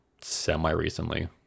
semi-recently